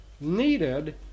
needed